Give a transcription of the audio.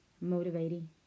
motivating